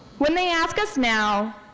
when they ask us now,